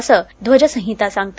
असं ध्वज संहिता सांगते